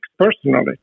personally